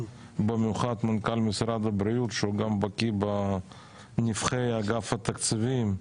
במיוחד עם מנכ"ל משרד הבריאות שהוא גם בקיא בנבכי אגף התקציבים,